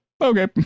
okay